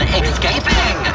escaping